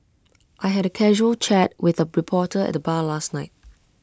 I had A casual chat with A reporter at the bar last night